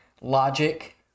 Logic